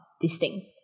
distinct